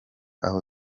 aho